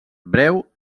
breu